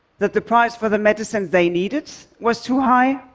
that the price for the medicines they needed was too high,